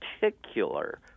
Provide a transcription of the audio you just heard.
particular